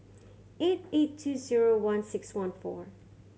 eight eight two zero one six one four